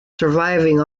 surviving